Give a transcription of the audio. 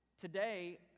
Today